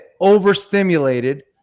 overstimulated